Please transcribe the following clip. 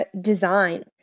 design